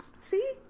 See